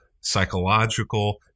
psychological